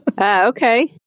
Okay